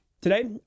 Today